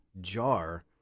jar